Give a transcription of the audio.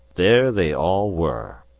there they all were.